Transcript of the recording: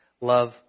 love